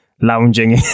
lounging